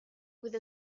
with